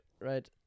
right